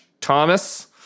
Thomas